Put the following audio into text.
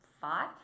five